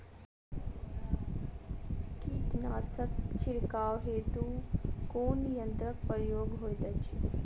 कीटनासक छिड़काव हेतु केँ यंत्रक प्रयोग होइत अछि?